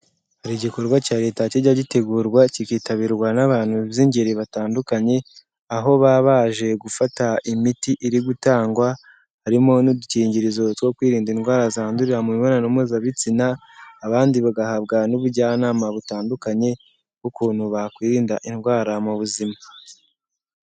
Hari igikorwa cya Leta kijya gitegurwa kikitabirwa n'abantu by'ingeri batandukanye, aho baba baje gufata imiti iri gutangwa, harimo n'udukingirizo two kwirinda indwara zandurira mu mibonano mpuzabitsina, abandi bagahabwa n'ubujyanama butandukanye, bw'ukuntu bakwirinda indwara mu buzima.